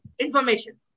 information